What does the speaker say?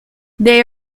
they